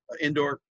indoor